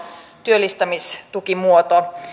työllistämistukimuoto